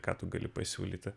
ką tu gali pasiūlyti